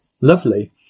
Lovely